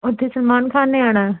ਉੱਥੇ ਸਲਮਾਨ ਖਾਨ ਨੇ ਆਉਣਾ